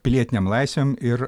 pilietinėm laisvėm ir